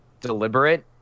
deliberate